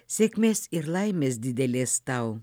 sėkmės ir laimės didelės tau